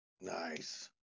Nice